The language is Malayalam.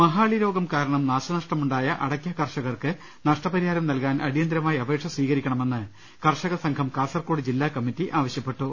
മഹാളി രോഗം കാരണം നാശനഷ്ടമുണ്ടായ അടയ്ക്ക കർഷകർക്ക് നഷ്ടപരിഹാരം നൽകാൻ അടിയന്തരമായി അപേക്ഷ സ്വീകരിക്കണമെന്ന് കർഷക സംഘം കാസർകോട് ജില്ലാ കമ്മിറ്റി ആവശ്യപ്പെട്ടു